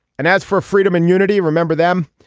and as for freedom and unity remember them.